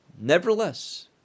nevertheless